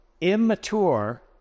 immature